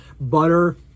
butter